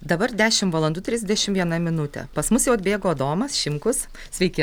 dabar dešim valandų trisdešim viena minutė pas mus jau atbėgo adomas šimkus sveiki